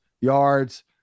yards